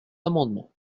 amendement